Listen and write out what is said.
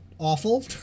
Awful